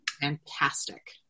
Fantastic